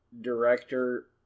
director